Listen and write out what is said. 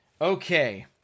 Okay